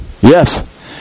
Yes